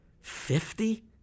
Fifty